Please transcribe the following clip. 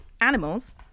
animals